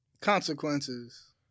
Consequences